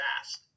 fast